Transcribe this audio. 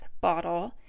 bottle